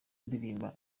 ndirimba